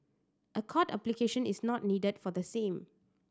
a court application is not needed for the same